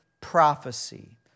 prophecy